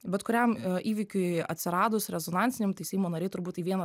bet kuriam įvykiui atsiradus rezonansiniam tai seimo nariai turbūt į vieną